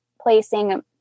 placing